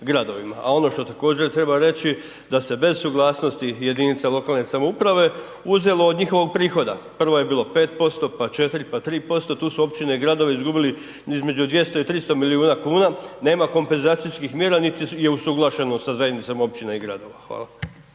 a ono što također treba reći, da s bez suglasnosti jedinica lokalne samouprave uzelo od njihovog prihoda. Prvo je bilo 5% pa 4, pa 3%l tu su općine i gradovi izgubili između 200 i 300 milijuna kuna, nema kompenzacijskih mjera niti je usuglašeno sa zajednicama općinama i gradova, hvala.